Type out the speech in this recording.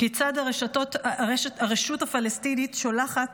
כיצד הרשות הפלסטינית שולחת